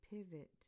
pivot